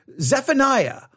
Zephaniah